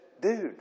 dude